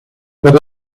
but